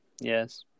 Yes